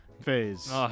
phase